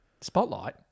Spotlight